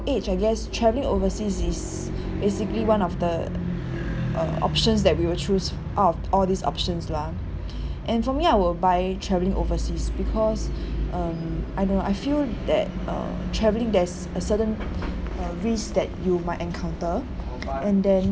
age I guess travelling overseas is basically one of the uh options that we will choose out of all these options lah and for me I will buy travelling overseas because um I know I feel that uh travelling there's a certain uh risk that you might encounter and then